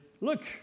look